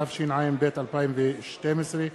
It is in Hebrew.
התשע"ב 2012,